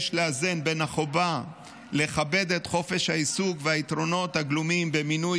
יש לאזן בין החובה לכבד את חופש העיסוק והיתרונות הגלומים במינוי